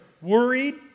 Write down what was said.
worried